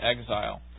exile